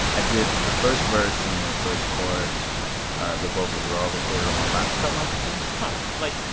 i did the first verse and the first chorus the vocals were all recorded on my laptop microphone like,